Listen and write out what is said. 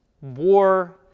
war